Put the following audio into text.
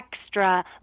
extra